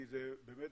כי זה באמת